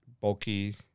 bulky